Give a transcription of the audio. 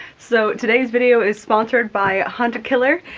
so today's video is sponsored by hunt a killer,